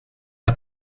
att